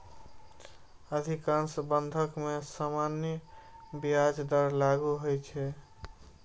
अधिकांश बंधक मे सामान्य ब्याज दर लागू होइ छै